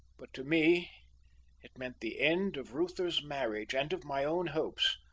but to me it meant the end of reuther's marriage and of my own hopes.